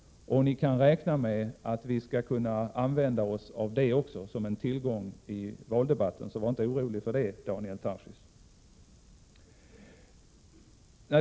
Ni kan också räkna med att vi skall kunna använda oss av det som en tillgång i valdebatten — så var inte orolig för det, Daniel Tarschys.